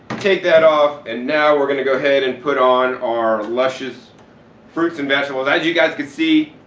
take that off and now we're going to go ahead and put on our luscious fruits and vegetables. as you guys can see,